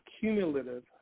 cumulative